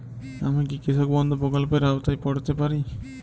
আমি কি কৃষক বন্ধু প্রকল্পের আওতায় পড়তে পারি?